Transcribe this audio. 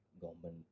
government